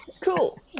Cool